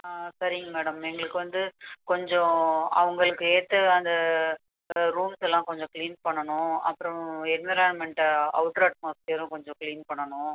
ஆ சரிங்க மேடம் எங்களுக்கு வந்து கொஞ்சம் அவங்களுக்கு ஏற்ற அந்த ரூம்ஸ் எல்லாம் கொஞ்சம் க்ளீன் பண்ணணும் அப்புறோம் என்விரான்மெண்ட்ட அவுட்டர் அட்மாஸ்பியரும் கொஞ்சம் க்ளீன் பண்ணணும்